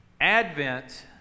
Advent